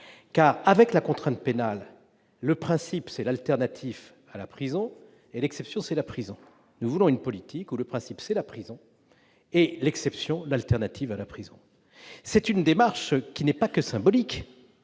avec la contrainte pénale, le principe devient l'alternative à la prison, et l'exception, la prison. À l'inverse, nous voulons une politique où le principe est la prison, et l'exception, l'alternative à la prison. Cette démarche, qui n'est pas que symbolique,